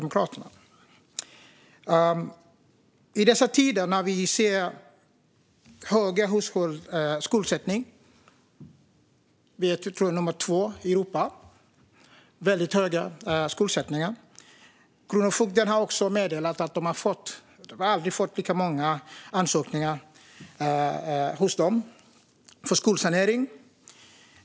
I dessa tider ser vi en väldigt hög skuldsättning - vi är nummer två i Europa. Kronofogden har meddelat att de aldrig har fått så många ansökningar om skuldsanering.